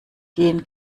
gehen